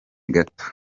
gato